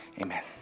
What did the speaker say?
amen